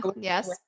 Yes